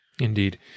Indeed